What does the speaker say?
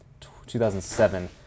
2007